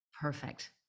perfect